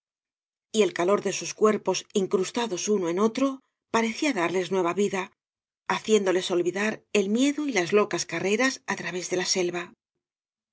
y el calor de sus cuerpos incrustados uno en otro parecía darles nueva vida haciéndoles olvidar el miedo y laa locas carreras á través de la selva